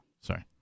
Sorry